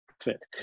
fit